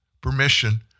permission